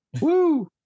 Woo